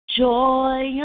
joy